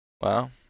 Wow